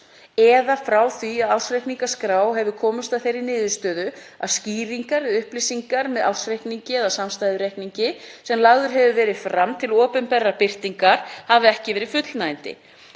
eða frá því að ársreikningaskrá hefur komist að þeirri niðurstöðu að skýringar við upplýsingar með ársreikningi eða samstæðureikningi sem lagður hefur verið fram til opinberrar birtingar hafi ekki verið fullnægjandi.